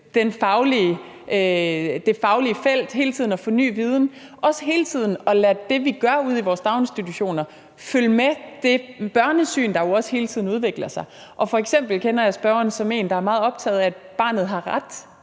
det faglige felt, i hele tiden at få ny viden og også hele tiden at lade det, vi gør ude i vores daginstitutioner, følge med det børnesyn, der jo også hele tiden udvikler sig. F.eks. kender jeg spørgeren som en, der er meget optaget af, at barnet har en